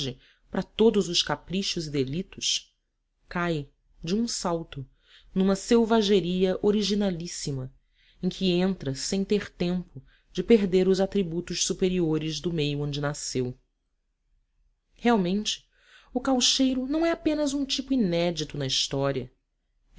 para todos os caprichos e delitos cai de um salto numa selvageria originalíssima em que entra sem ter tempo de perder os atributos superiores do meio onde nasceu realmente o caucheiro não é apenas um tipo inédito na história